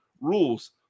rules